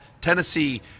Tennessee